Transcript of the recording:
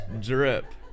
drip